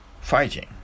fighting